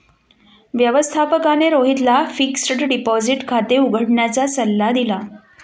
व्यवस्थापकाने रोहितला fixed deposit खाते उघडण्याचा सल्ला दिला